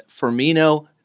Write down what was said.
Firmino